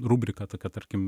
rubrika tokia tarkim